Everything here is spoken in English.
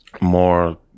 more